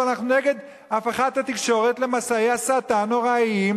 אבל אנחנו נגד הפיכת התקשורת למסעי הסתה נוראים